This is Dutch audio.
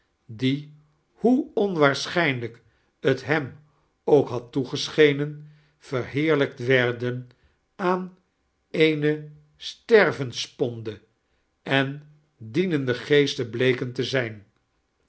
die hoe onwaarschijnlijk t hem ook had toegeschenen verheerlijkrt weidien aan eene starvenssponde en dienende geesten bleken t zijn